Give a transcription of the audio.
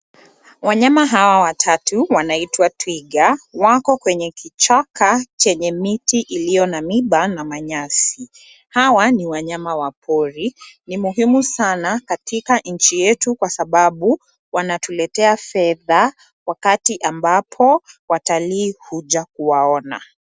Wanyama hawa watatu wanaitwa twiga. Wako kwenye kichaka chenye miti iliyo na miba na manyasi. Hawa ni wanyama wa pori. Ni muhimu sana katika nchi yetu kwa sababu wanatuletea fedha wakati ambapo watalii wanakuja kuwaona.